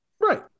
Right